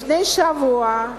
לפני שבוע,